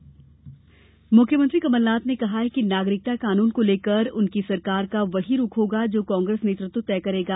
कमलनाथ बयान मुख्यमंत्री कमलनाथ ने कहा कि नागरिकता कानून को लेकर उनकी सरकार का वहीं रूख होगा जो कांग्रेस नेतृत्व तय करेगा